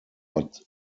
but